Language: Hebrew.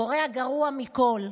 קורה הגרוע מכול: